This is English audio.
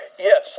Yes